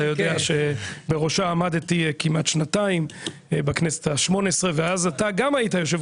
אתה יודע שבראשה עמדתי כמעט שנתיים בכנסת ה-18 ואז אתה גם היית יושב